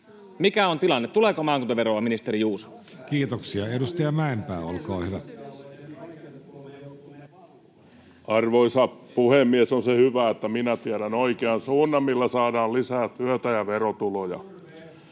Mikä on tilanne? Tuleeko maakuntaveroa, ministeri Juuso? [Jenna Simulan välihuuto] Kiitoksia. — Edustaja Mäenpää, olkaa hyvä. Arvoisa puhemies! On se hyvä, että minä tiedän oikean suunnan, millä saadaan lisää työtä ja verotuloja.